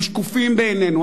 הם שקופים בעינינו,